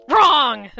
Wrong